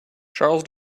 charles